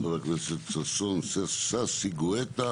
חבר הכנסת ששון ששי גואטה,